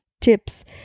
tips